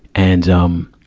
and, um,